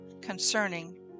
concerning